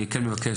אני כן מבקש